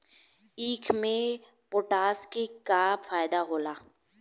ईख मे पोटास के का फायदा होला?